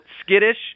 skittish